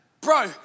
Bro